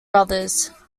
brothers